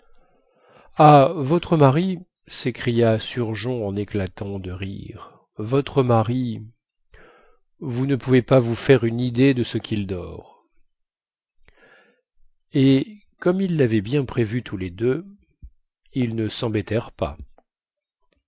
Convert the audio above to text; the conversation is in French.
ah votre mari sécria surgeon en éclatant de rire votre mari vous ne pouvez pas vous faire une idée de ce quil dort et comme ils lavaient bien prévu tous les deux ils ne sembêtèrent pas